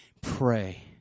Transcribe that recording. Pray